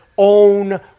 Own